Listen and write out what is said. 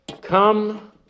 Come